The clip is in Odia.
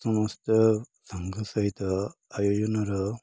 ସମସ୍ତ ସାଙ୍ଗ ସହିତ ଆୟୋଜନର